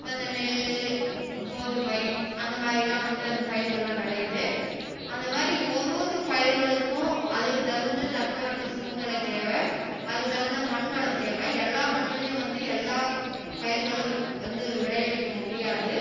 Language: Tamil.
இப்போ இந்த நெல் கோதுமை அந்த மாதிரிலாம் வந்து அந்த பயிர்களெல்லாம் விளையுது அந்த மாதிரி ஒரு ஒரு பயிர்களுக்கும் அதுக்கு தகுந்த தட்ப வெப்ப சூழ்நிலை தேவை அதுக்கு தகுந்த மண் வளம் தேவை எல்லா மண்ணுலேயும் வந்து எல்லா பயிர்களும் வந்து விளைய வைக்க முடியாது